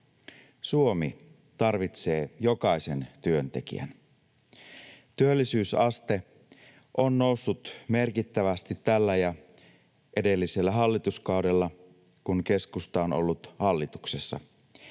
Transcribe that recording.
Suomi tarvitsee jokaisen työntekijän. Työllisyysaste on noussut merkittävästi tällä ja edellisellä hallituskaudella, kun keskusta on ollut hallituksessa.